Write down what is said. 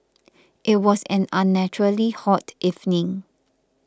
it was an unnaturally hot evening